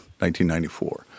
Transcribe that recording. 1994